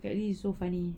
that really is so funny